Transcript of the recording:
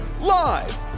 Live